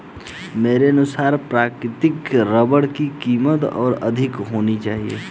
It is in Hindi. मेरे अनुसार प्राकृतिक रबर की कीमत और अधिक होनी चाहिए